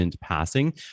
passing